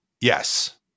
Yes